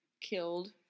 killed